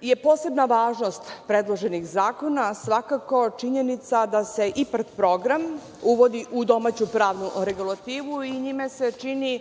je posebna važnost predloženih zakona svakako činjenica da se IPARD program uvodi u domaću pravnu regulativu i njime se čini